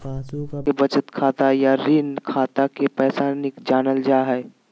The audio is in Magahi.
पासबुक अपडेट कराके बचत खाता या ऋण खाता के पैसा जानल जा हय